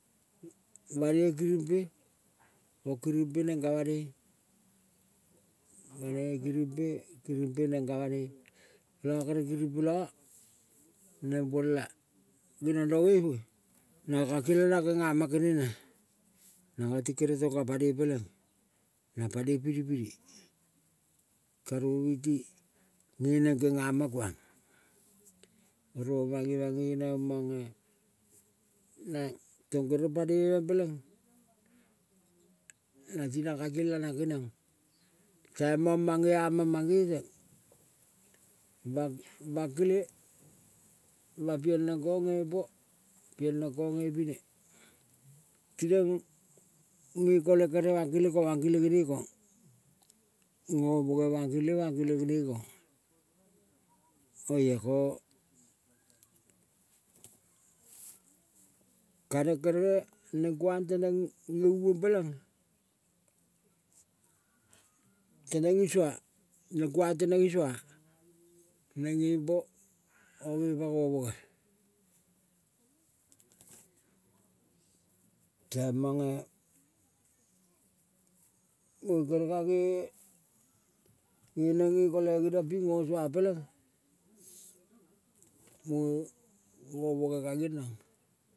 Banoi kirimpe mo kirimpe neng ka banoi, banoi kirimpe, kirimpe neng ka banoi kola kirimpe la neng bola geniong rong moe vei nanga kakelang kengama kengene. Nanga ti kere tongka panoi peleng nang panoi pili pili karouti geneng kengama, oro mange mangene omange nae tong kere panoi me peleng nati ka kakielanang keniong taimong mangeama mange teng. Bang bangkele, ma piel neng kong ngepo piel neng kong ngepine. Tineng nge kole kere bang kele ko bang kele gene kong, ngo boge bang kele, bangkele genekong oia ko kaneng kere neng kuang kere teneng nge vong peleng teneng isua, neng kuang teneng isua. Neng ngepo ko ngo ngepa nge boge taimange mue, kere ka ge, ngeneng nge kole geriong ping ngo sua pelenga munge ngo boge ka ngenrong.